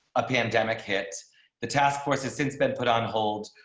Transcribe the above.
a pandemic hit the task force has since been put on hold,